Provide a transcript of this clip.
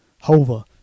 hova